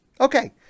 Okay